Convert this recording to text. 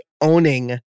owning